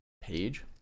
page